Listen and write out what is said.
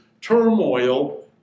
turmoil